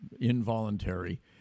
involuntary